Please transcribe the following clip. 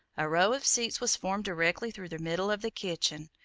a row of seats was formed directly through the middle of the kitchen.